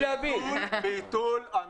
צודק, הוא ישב פה מהבוקר.